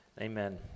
amen